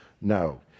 No